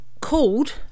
called